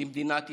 למדינת ישראל.